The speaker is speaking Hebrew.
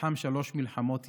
לחם בשלוש מלחמות ישראל,